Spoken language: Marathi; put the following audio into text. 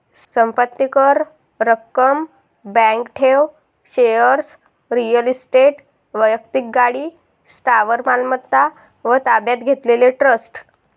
संपत्ती कर, रक्कम, बँक ठेव, शेअर्स, रिअल इस्टेट, वैक्तिक गाडी, स्थावर मालमत्ता व ताब्यात घेतलेले ट्रस्ट